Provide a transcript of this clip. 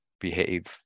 behave